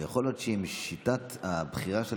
אבל יכול להיות שאם בשיטת הבחירה של